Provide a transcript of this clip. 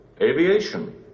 aviation